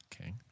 Okay